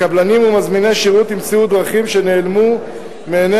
הקבלנים ומזמיני שירות ימצאו דרכים שנעלמו מעיני